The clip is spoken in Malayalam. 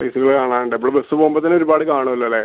പ്ലേസ്കൾ കാണാനുണ്ട് അപ്പോൾ ബസ്സ് പോവുമ്പത്തന്നൊരുപാട് കാണോലോല്ലേ